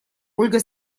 ольга